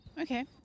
Okay